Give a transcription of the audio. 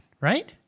right